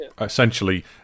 essentially